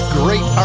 great